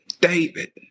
David